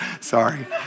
Sorry